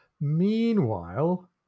meanwhile